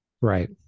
Right